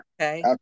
Okay